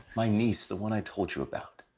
my niece, the one i told you about.